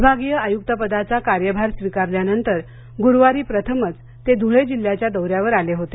विभागीय आयुक्तपदाचा कार्यभार स्वीकारल्यानंतर गुरुवारी प्रथमच ते धुळे जिल्हाच्या दौऱ्यावर आले होते